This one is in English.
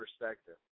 perspective